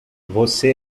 você